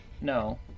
No